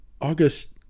August